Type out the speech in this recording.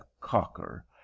Cocker